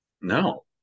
No